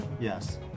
Yes